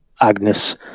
Agnes